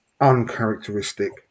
uncharacteristic